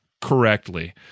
correctly